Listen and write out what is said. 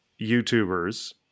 YouTubers